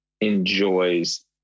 enjoys